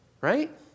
Right